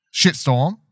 Shitstorm